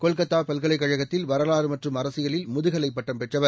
கொல்கத்தா பல்கலைக் கழகத்தில் வரலாறு மற்றும் அரசியலில் முதுகலைப் பட்டம் பெற்றவர்